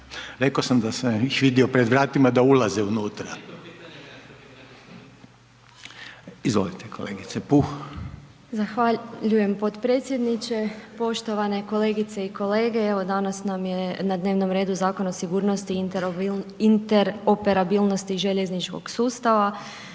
Puh. **Puh, Marija (Stranka rada i solidarnosti)** Zahvaljujem potpredsjedniče. Poštovane kolegice i kolege, evo danas nam je na dnevnom redu Zakon o sigurnosti i interoperabilnosti željezničkog sustava.